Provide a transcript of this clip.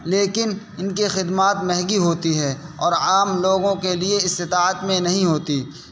لیکن ان کے خدمات مہنگی ہوتی ہے اور عام لوگوں کے لیے استطاعت میں نہیں ہوتی